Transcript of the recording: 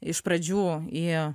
iš pradžių į